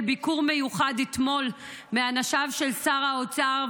ביקור מיוחד אתמול מאנשיו של שר האוצר,